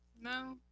No